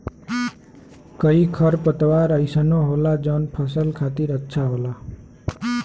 कई खरपतवार अइसनो होला जौन फसल खातिर अच्छा होला